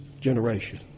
generation